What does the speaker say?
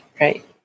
right